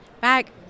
back